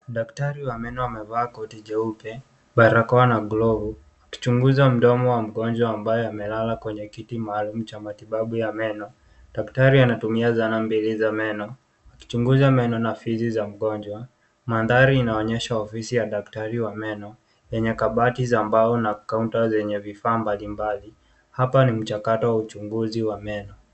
Daktari wa meno amevaa koti jeupe ,barakoa na glovu akichunguza mdomo wa mgonjwa ambaye amelala kwenye kiti maalum cha matibabu ya meno . Daktari anatumia sanaa mbili za meno, akichunguza meno na fizi za mgonjwa . Mandhari inaoyesha ofisi ya daktari wa meno lenye kabati za mbao na kaunta zenye vifaa mbalimbali . Hapa ni mchakato wa uchunguzi wa meno.